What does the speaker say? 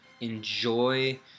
enjoy